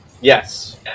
Yes